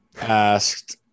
asked